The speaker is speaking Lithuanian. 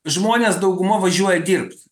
žmonės dauguma važiuoja dirbt